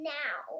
now